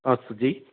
अस्तु जि